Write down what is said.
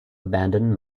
abandoned